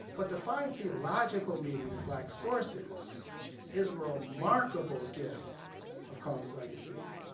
but to find theological meaning in black sources is a remarkable gift of cone's legacy.